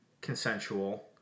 consensual